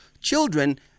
children